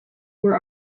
were